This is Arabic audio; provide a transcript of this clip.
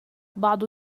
بعض